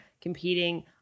competing